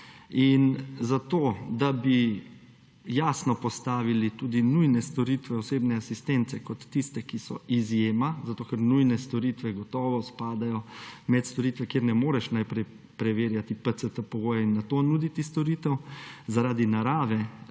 In zato, da bi jasno postavili tudi nujne storitve osebne asistence kot tiste, ki so izjema, zato ker nujne storitve gotovo spadajo med storitve, kjer ne moreš najprej preverjati PCT-pogoja in nato nuditi storitev, zaradi narave